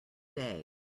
day